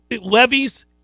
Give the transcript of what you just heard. levies